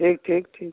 ठीक ठीक ठीक